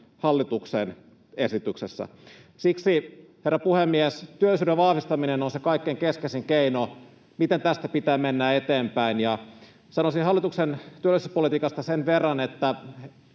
hallituksen esityksessä. Siksi, herra puhemies, työllisyyden vahvistaminen on se kaikkein keskeisin keino, miten tästä pitää mennä eteenpäin. Sanoisin hallituksen työllisyyspolitiikasta sen verran, että